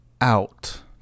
out